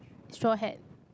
straw hat